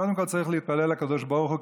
קודם כול צריך להתפלל לקדוש ברוך הוא,